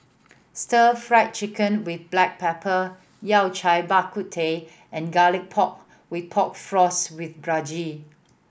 Stir Fried Chicken with black pepper Yao Cai Bak Kut Teh and Garlic Pork with Pork Floss with brinjal